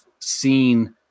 seen